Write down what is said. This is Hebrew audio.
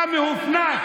אתה מהופנט.